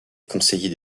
conseiller